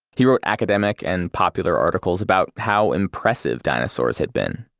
he wrote academic and popular articles about how impressive dinosaurs had been.